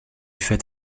fait